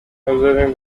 observing